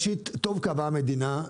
טוב קבעה המדינה,